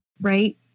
right